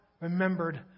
remembered